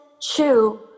chew